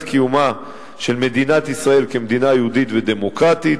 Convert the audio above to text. קיומה של מדינת ישראל כמדינה יהודית ודמוקרטית,